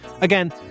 Again